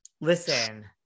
Listen